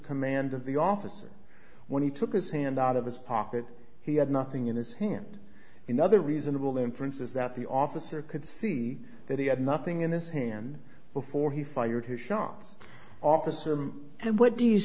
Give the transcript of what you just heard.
command of the officer when he took his hand out of his pocket he had nothing in his hand in other reasonable inferences that the officer could see that he had nothing in his hand before he fired his shots officer and what do you